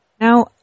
now